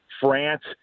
France